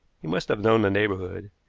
he must have known the neighborhood,